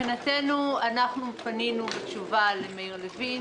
פנינו בתשובה למאיר לוין.